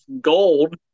gold